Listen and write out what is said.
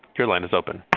your line is open.